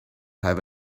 have